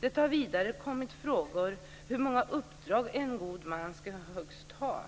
Det har vidare kommit frågor om hur många uppdrag en god man högst ska ha.